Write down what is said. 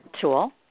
tool